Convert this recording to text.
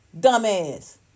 Dumbass